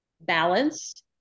balanced